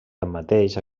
tanmateix